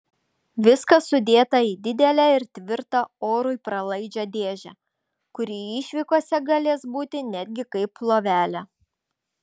viskas sudėta į didelę ir tvirtą orui pralaidžią dėžę kuri išvykose galės būti netgi kaip lovelė